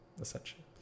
essentially